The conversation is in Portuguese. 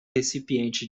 recipientes